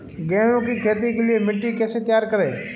गेहूँ की खेती के लिए मिट्टी कैसे तैयार करें?